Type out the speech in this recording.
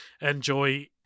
enjoy